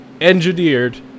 engineered